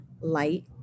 light